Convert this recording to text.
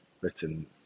written